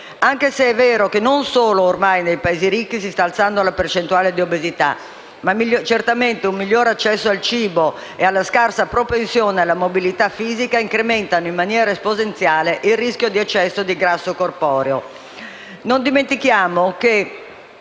Anche se è vero che non solo nei Paesi «ricchi» si sta alzando la percentuale di obesità, certamente una migliore possibilità di accesso al cibo e la scarsa propensione alla mobilità fisica incrementano in maniera esponenziale il rischio di eccesso di grasso corporeo.